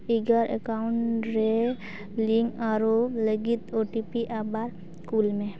ᱤᱜᱟᱨ account ᱨᱮ link ᱟᱹᱨᱩ ᱞᱟᱹᱜᱤᱫ ᱳᱴᱤᱯᱤ ᱟᱵᱟᱨ ᱠᱩᱞᱢᱮ